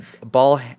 Ball